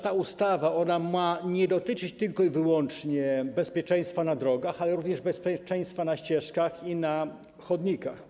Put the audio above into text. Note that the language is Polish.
Ta ustawa ma dotyczyć nie tylko i wyłącznie bezpieczeństwa na drogach, ale również bezpieczeństwa na ścieżkach i na chodnikach.